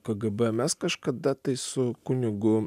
kgb mes kažkada tai su kunigu